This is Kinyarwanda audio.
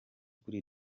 kuri